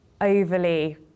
overly